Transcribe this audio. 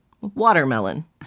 watermelon